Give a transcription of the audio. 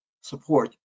support